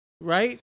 right